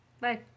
Bye